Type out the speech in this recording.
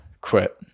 quit